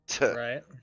Right